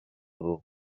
dur